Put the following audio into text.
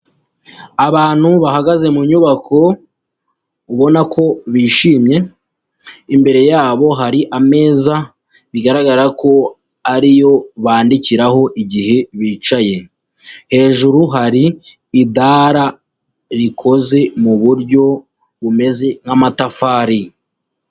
Abantu bahagaze mu nyubako ubona ko bishimye, imbere yabo hari ameza bigaragara ko ariyo bandikiraho igihe bicaye, hejuru hari idara rikoze muburyo bumeze nk'amatafari.